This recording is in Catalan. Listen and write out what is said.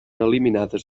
eliminades